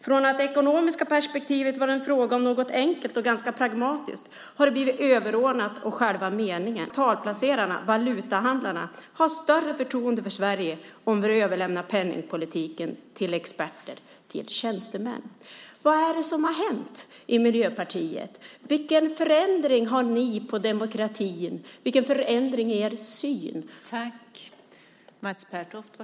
Från att det ekonomiska perspektivet varit en fråga om något enkelt och ganska pragmatiskt har det blivit överordnat och själva meningen. Bakgrunden till dagens beslut är att en del ekonomer anser att kapitalplacerarna, valutahandlarna, har större förtroende för Sverige om vi överlämnar penningpolitiken till experter, till tjänstemän." Vad är det som har hänt i Miljöpartiet? Vilken förändring har skett i er syn på demokratin?